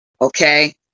Okay